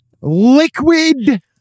Liquid